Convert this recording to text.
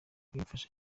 bimfasha